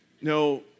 no